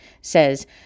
says